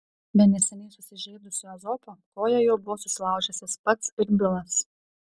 be neseniai susižeidusio ezopo koją jau buvo susilaužęs jis pats ir bilas